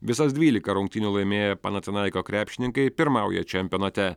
visas dvylika rungtynių laimėję panatinaiko krepšininkai pirmauja čempionate